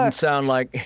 ah sound like,